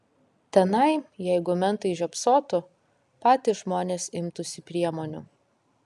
tenai jeigu mentai žiopsotų patys žmonės imtųsi priemonių